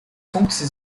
функции